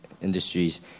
industries